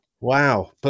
Wow